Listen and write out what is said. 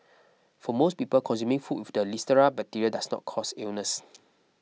for most people consuming food with the listeria bacteria does not cause illness